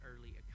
early